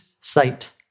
sight